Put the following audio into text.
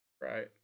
Right